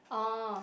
orh